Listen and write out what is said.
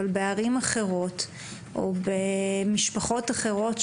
אבל ערים אחרות או משפחות אחרות,